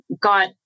got